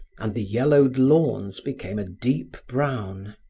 and the yellowed lawns became a deep brown.